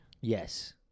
Yes